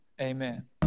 amen